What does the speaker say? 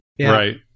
Right